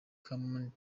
common